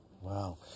wow